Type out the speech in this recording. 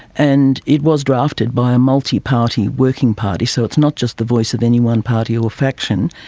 and it was drafted by a multiparty working party, so it's not just the voice of any one party or faction.